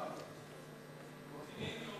הגיע?